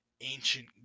ancient